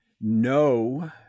no